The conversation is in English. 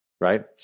right